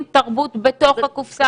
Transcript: בכבוד.